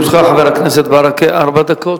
לרשותך, חבר הכנסת ברכה, ארבע דקות.